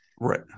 right